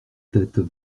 tête